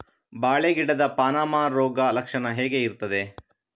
ಬಾಳೆ ಗಿಡದ ಪಾನಮ ರೋಗ ಲಕ್ಷಣ ಹೇಗೆ ಇರ್ತದೆ?